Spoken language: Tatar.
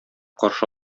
каршы